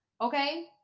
okay